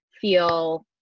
feel